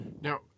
Now